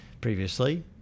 previously